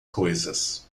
coisas